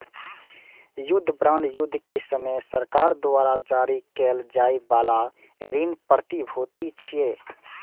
युद्ध बांड युद्ध के समय सरकार द्वारा जारी कैल जाइ बला ऋण प्रतिभूति छियै